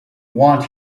want